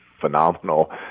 phenomenal